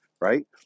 right